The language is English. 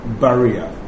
barrier